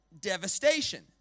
Devastation